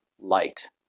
light